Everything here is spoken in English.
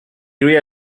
area